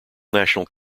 national